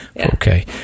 Okay